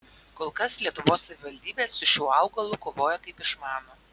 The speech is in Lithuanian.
kol kas lietuvos savivaldybės su šiuo augalu kovoja kaip išmano